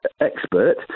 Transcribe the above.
expert